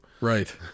Right